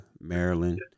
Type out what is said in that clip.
Maryland